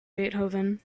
beethoven